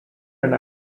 and